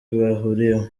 bahuriyeho